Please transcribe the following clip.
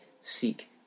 seek